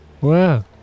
Wow